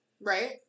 Right